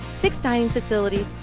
six dining facilities.